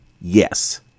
Yes